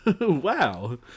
Wow